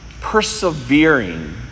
persevering